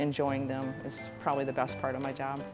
enjoying them is probably the best part of my job